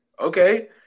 okay